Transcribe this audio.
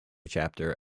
chapter